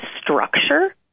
structure